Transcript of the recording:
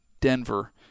Denver